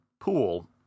pool